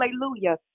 hallelujah